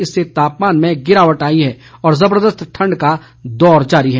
इससे तापमान में गिरावट आई है और जबर्दस्त ठंड का दौर जारी है